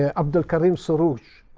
abdolkarim soroush,